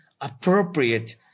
appropriate